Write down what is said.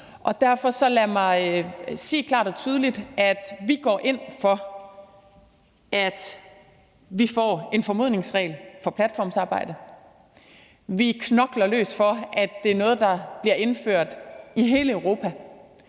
derfor sige klart og tydeligt, at vi går ind for, at vi får en formodningsregel for platformsarbejde. Vi knokler løs for, at det er noget, der bliver indført i hele Europa,